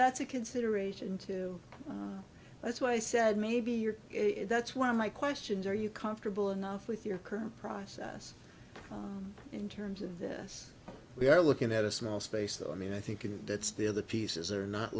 that's a consideration too that's why i said maybe you're it that's one of my questions are you comfortable enough with your current process in terms of this we are looking at a small space that i mean i think and that's the other pieces are not